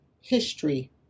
history